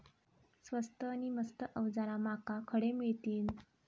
स्वस्त नी मस्त अवजारा माका खडे मिळतीत?